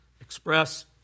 express